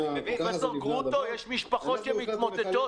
פרופ' גרוטו, יש משפחות שמתמוטטות.